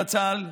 זצ"ל,